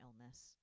illness